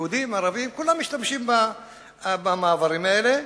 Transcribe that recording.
יהודים, ערבים, כולם משתמשים במעברים האלה.